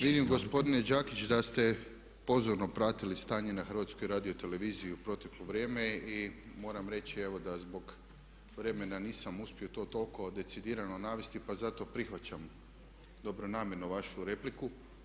Vidim gospodine Đakić da ste pozorno pratili stanje na HRT-u u proteklo vrijeme i moram reći evo da zbog vremena nisam uspio to toliko decidirano navesti pa zato prihvaćam dobronamjerno vašu repliku.